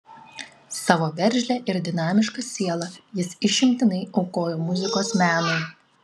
savo veržlią ir dinamišką sielą jis išimtinai aukojo muzikos menui